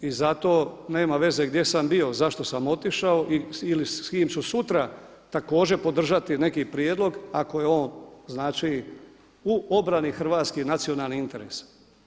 I zato nema veze gdje sam bio, zašto sam otišao ili s kim ću sutra također podržati neki prijedlog ako je on, znači u obrani hrvatskih nacionalnih interesa.